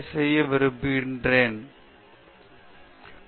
பேராசிரியர் பிரதாப் ஹரிதாஸ் சரி